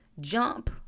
jump